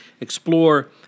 explore